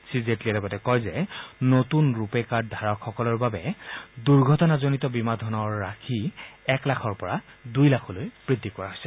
শ্ৰীজেটলীয়ে লগতে কয় যে নতূন ৰূপে কাৰ্ড ধাৰকসকলৰ বাবে দুৰ্ঘটনাজনিত বীমা ধনৰ ৰাখি এক লাখৰ পৰা দুই লাখলৈ বৃদ্ধি কৰা হৈছে